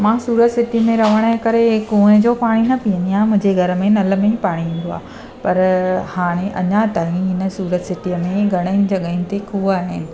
मां सूरत सिटी में रहण जे करे ऐं कुएं जो पाणी न पीअंदी आहियां मुंहिंजे घर में नल में ई पाणी ईंदो आहे पर हाणे अञा ताईं हिन सूरत सिटीअ में घणेनि जॻहियुनि ते खूह आहिनि